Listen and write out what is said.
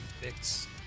fix